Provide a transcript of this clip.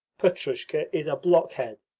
petrushka is a blockhead,